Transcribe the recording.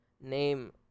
name